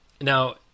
now